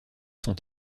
sont